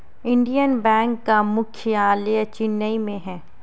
Indian bank का मुख्यालय चेन्नई में है